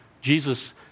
Jesus